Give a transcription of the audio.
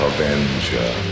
Avenger